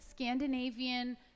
Scandinavian